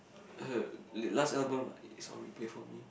her last album is on replay for me